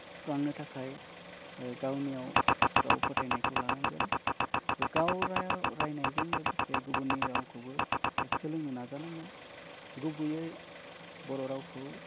सुस्रांनो थाखाय गावनियाव गाव फोथायनायखौ लानांगोन गाव राय रायनायजों लोगोसे गुबुननि रावखौबो सोलोंनो नाजानांगोन गुबैयै बर' रावखौ